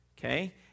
okay